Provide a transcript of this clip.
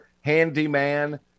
handyman